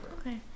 okay